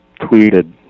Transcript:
tweeted